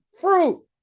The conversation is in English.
fruit